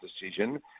decision